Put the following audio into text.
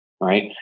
right